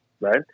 Right